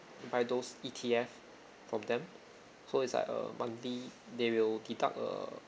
buy those E_T_F from them so is like uh monthly they will deduct err